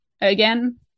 Again